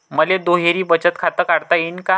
मले दुहेरी बचत खातं काढता येईन का?